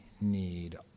need